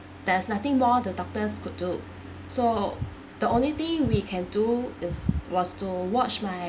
there's nothing more the doctors could do so the only thing we can do is was to watch my